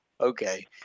okay